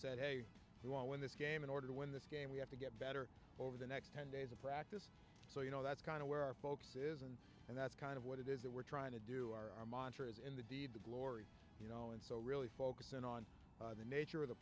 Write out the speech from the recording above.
said hey we want to win this game in order to win this game we have to get better over the next ten days of practice so you know that's kind of where our focus is and and that's kind of what it is that we're trying to do our montrose in the deed the glory you know and so really focus in on the nature of the